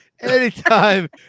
Anytime